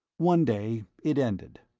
one day it ended.